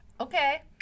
Okay